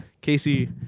Casey